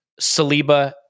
Saliba